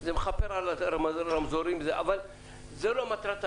--- יש רמזורים וזה, אבל זה מכפר.